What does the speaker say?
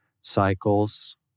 cycles